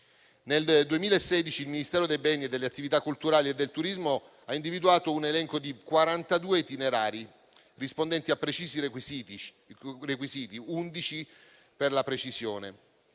Nel 2016, il Ministero dei beni e delle attività culturali e del turismo ha individuato un elenco di 42 itinerari rispondenti a precisi requisiti, 11 per la precisione,